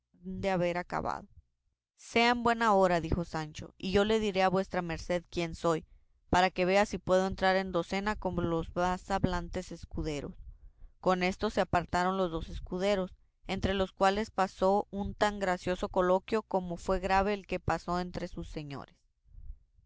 de haber acabado sea en buena hora dijo sancho y yo le diré a vuestra merced quién soy para que vea si puedo entrar en docena con los más hablantes escuderos con esto se apartaron los dos escuderos entre los cuales pasó un tan gracioso coloquio como fue grave el que pasó entre sus señores